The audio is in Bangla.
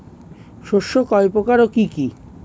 শস্য কয় প্রকার কি কি?